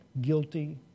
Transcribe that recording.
guilty